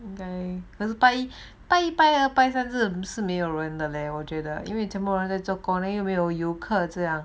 拜一拜二百三至没有人的嘞我觉得因为 lor 游客这样